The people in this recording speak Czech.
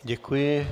Děkuji.